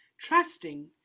trusting